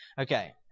Okay